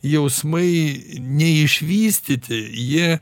jausmai neišvystyti jie